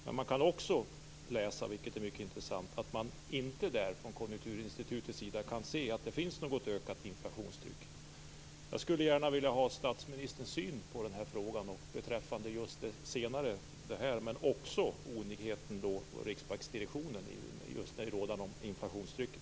Men man kan också läsa, vilket är mycket intressant, att Konjunkturinstitutet inte kan se att det finns något ökat inflationstryck. Jag skulle gärna vilja ha statsministerns syn på det senare men också på den rådande oenigheten i riksbanksdirektionen om det rådande inflationstrycket.